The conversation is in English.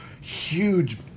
huge